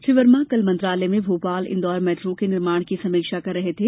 श्री वर्मा कल मंत्रालय में भोपाल इंदौर मेट्रो के निर्माण की समीक्षा कर रहे थे